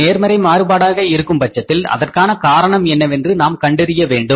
நேர்மறை மாறுபாடாக இருக்கும் பட்சத்தில் அதற்கான காரணம் என்னவென்று நாம் கண்டறிய வேண்டும்